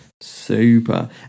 Super